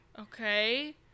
Okay